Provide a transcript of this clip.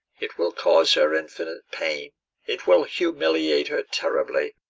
it will cause her infinite pain it will humiliate her terribly,